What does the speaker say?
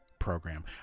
program